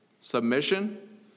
Submission